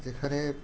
যেখানে